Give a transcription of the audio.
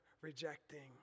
rejecting